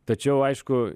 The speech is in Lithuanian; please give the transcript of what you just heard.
tačiau aišku